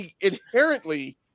inherently